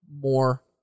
more